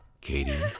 Katie